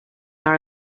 our